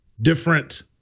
different